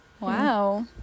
Wow